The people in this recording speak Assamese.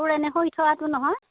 তোৰ এনেই হৈ থকাটো নহয়